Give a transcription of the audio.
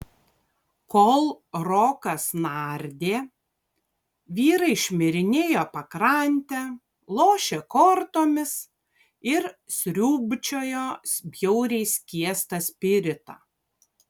kol rokas nardė vyrai šmirinėjo pakrante lošė kortomis ir sriūbčiojo bjauriai skiestą spiritą